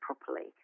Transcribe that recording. properly